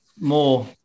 more